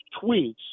tweets